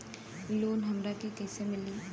Loan हमरा के कईसे मिली?